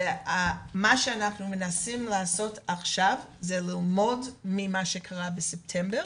ומה שאנחנו מנסים לעשות עכשיו זה ללמוד ממה שקרה בספטמבר